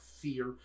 fear